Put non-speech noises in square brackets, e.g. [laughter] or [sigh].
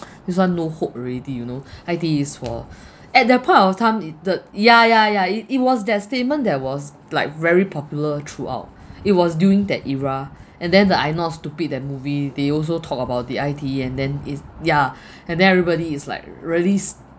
this [one] no hope already you know [breath] I_T_E is for [breath] at that point of time i~ the ya ya ya it it was that statement that was like very popular throughout [breath] it was during that era [breath] and then the I not stupid that movie they also talked about the I_T_E and then it ya [breath] and then everybody is like realist